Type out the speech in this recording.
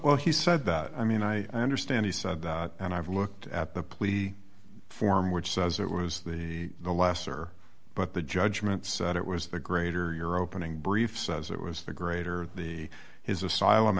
well he said that i mean i understand he said and i've looked at the plea form which says it was the last or but the judgment said it was the greater your opening brief says it was the greater the his asylum